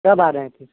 کب آ رہے ہیں پھر